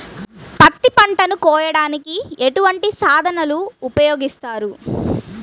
పత్తి పంటను కోయటానికి ఎటువంటి సాధనలు ఉపయోగిస్తారు?